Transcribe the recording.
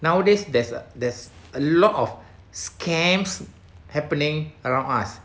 nowadays there's uh there's a lot of scams happening around us